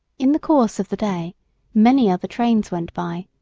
in the course of the day many other trains went by,